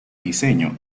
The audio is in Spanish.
diseño